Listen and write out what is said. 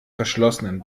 verschlossenen